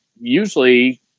usually